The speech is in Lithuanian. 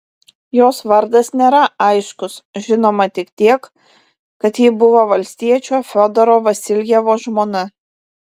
jos vardas nėra aiškus žinoma tik tiek kad ji buvo valstiečio fiodoro vasiljevo žmona